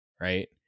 right